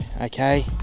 okay